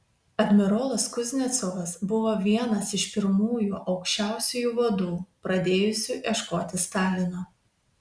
admirolas kuznecovas buvo vienas iš pirmųjų aukščiausiųjų vadų pradėjusių ieškoti stalino